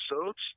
episodes